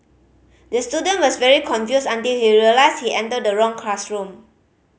the student was very confused until he realised he entered the wrong classroom